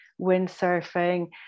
windsurfing